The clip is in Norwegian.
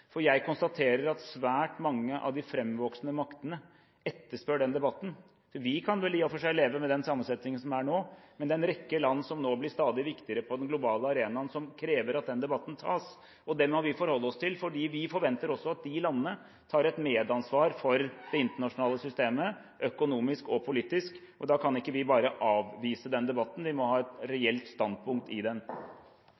Jeg konstaterer at svært mange av de framvoksende maktene etterspør den debatten. Vi kan vel i og for seg leve med den sammensetningen som er nå, men det er en rekke land som nå blir stadig viktigere på den globale arenaen, som krever at den debatten tas. Det må vi forholde oss til, fordi vi forventer også at de landene tar et medansvar for det internasjonale systemet, økonomisk og politisk. Da kan ikke vi bare avvise den debatten, vi må ha et